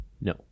No